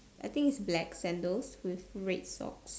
I think it's black sandals with red socks